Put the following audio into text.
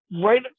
right